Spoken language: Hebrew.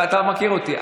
אתה מכיר אותי,